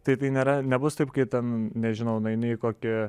tai tai nėra nebus taip kai ten nežinau nueini į kokį